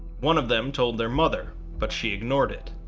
one of them told their mother, but she ignored it.